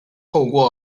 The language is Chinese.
透过